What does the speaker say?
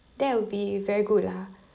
that will be very good lah